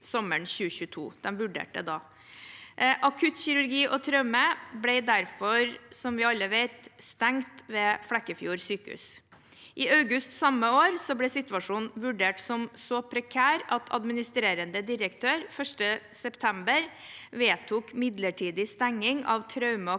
Akuttkirurgi og traume ble derfor, som vi alle vet, stengt ved Flekkefjord sykehus. I august samme år ble situasjonen vurdert som så prekær at administrerende direktør 1. september vedtok midlertidig stenging av traumemottak